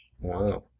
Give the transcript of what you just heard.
Wow